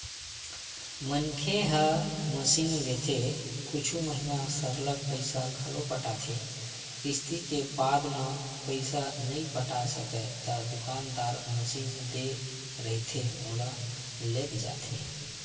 मनखे ह मसीनलेथे कुछु महिना सरलग पइसा घलो पटाथे किस्ती के बाद म पइसा नइ पटा सकय ता दुकानदार मसीन दे रहिथे ओला लेग जाथे